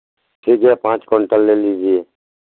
ठीक है पाँच क्विंटल ले लीजिए